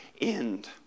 end